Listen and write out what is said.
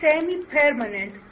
semi-permanent